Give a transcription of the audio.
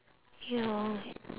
ya